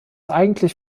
eigentlich